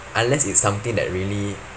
unless it's something that really